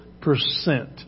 percent